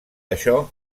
això